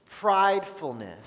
pridefulness